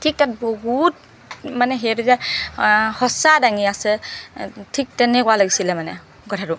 ঠিক তাত বহুত মানে সেই তেতিয়া সঁচা দাঙি আছে ঠিক তেনেকুৱা লাগিছিলে মানে কথাটো